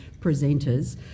presenters